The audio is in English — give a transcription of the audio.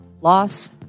loss